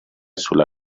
sulla